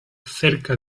cerca